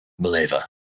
Maleva